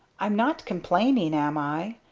i'm not complaining, am i?